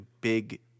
big